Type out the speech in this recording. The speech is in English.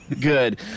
Good